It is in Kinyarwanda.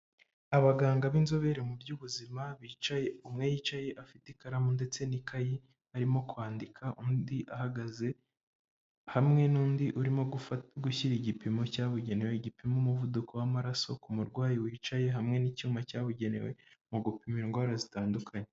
Abaganga b'inzobere mu by'ubuzima bicaye, umwe yicaye afite ikaramu ndetse n'ikayi, arimo kwandika undi ahagaze, hamwe n'undi urimo gushyira igipimo cyabugenewe gipima umuvuduko w'amaraso ku murwayi wicaye, hamwe n'icyuma cyabugenewe mu gupima indwara zitandukanye.